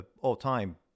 all-time